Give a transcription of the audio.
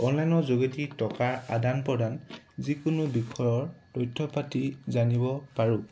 অন্যান্য যোগেদি টকাৰ আদান প্ৰদান যিকোনো বিষয়ৰ তথ্য পাতি জানিব পাৰোঁ